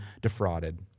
defrauded